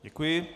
Děkuji.